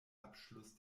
abschluss